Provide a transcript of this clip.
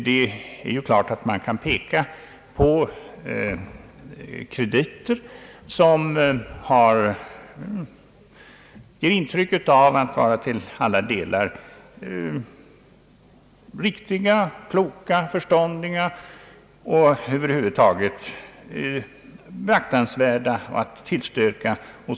Det är klart att man kan ge exempel på krediter som förefaller vara till alla delar riktiga, kloka och över huvud taget beaktansvärda att tillstyrka.